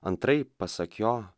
antraip pasak jo